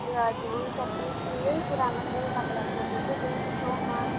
ए हजुर हुन्छ thank you यही कुरामा चाहिँ तपाईँलाई सोध्नु थियो थ्याङ्क यू सो मच